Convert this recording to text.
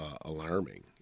alarming